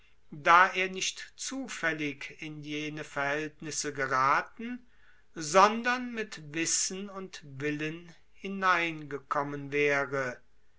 da er nicht zufällig in jene verhältnisse gerathen sondern mit wissen und willen hinein gekommen wäre